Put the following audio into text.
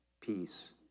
peace